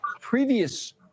Previous